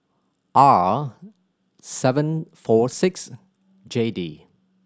R seven four six J D